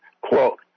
Quote